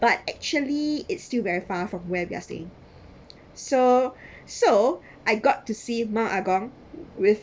but actually it's still very far from where we are staying so so I got to see mount agung with